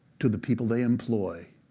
to the people they employ.